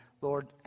Lord